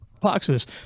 boxes